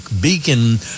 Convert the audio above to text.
Beacon